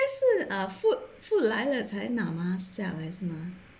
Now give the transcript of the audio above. eh 是 ah food food 来了才拿 mask 下来是嘛